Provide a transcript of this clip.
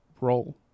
role